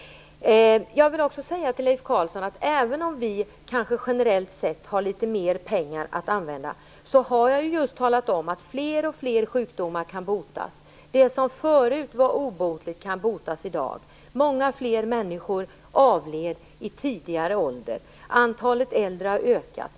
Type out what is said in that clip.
Jag vill också säga till Leif Carlson att vi kanske generellt sett har litet mer pengar att använda, men som jag just har talat om kan fler och fler sjukdomar botas. Många av de sjukdomar som tidigare var obotliga kan botas i dag. Många fler människor avled tidigare i lägre ålder. Antalet äldre har nu ökat.